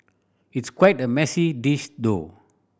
it's quite a messy dish though